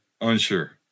unsure